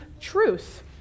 truth